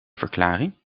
verklaring